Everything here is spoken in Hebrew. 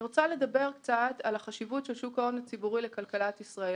אני רוצה לדבר קצת על החשיבות של שוק ההון הציבורי לכלכלת ישראל,